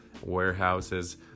warehouses